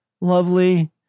lovely